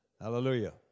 Hallelujah